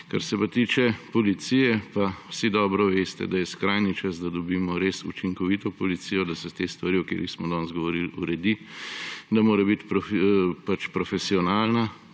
Kar se pa tiče policije, pa vsi dobro veste, da je skrajni čas, da dobimo res učinkovito policijo, da se te stvari, o katerih smo danes govorili, uredijo, da mora biti profesionalna,